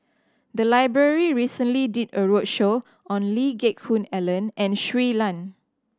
the library recently did a roadshow on Lee Geck Hoon Ellen and Shui Lan